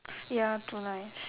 ya too nice